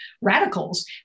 radicals